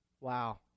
Wow